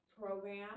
program